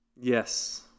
Yes